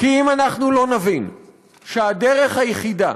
כי אם אנחנו לא נבין שהדרך היחידה